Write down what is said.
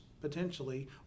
potentially